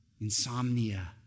insomnia